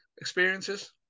experiences